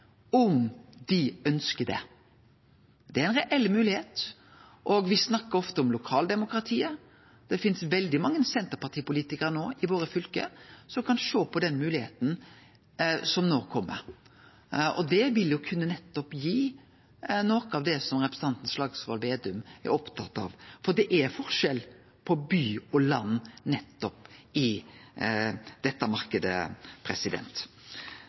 om dei ønskjer det. Det er ei reell moglegheit. Me snakkar ofte om lokaldemokratiet. Det finst veldig mange Senterparti-politikarar i fylka våre som kan sjå på den moglegheita som no kjem. Det vil kunne gi noko av det representanten Slagsvold Vedum er opptatt av, for det er forskjell på by og land nettopp i